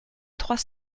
trois